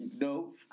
no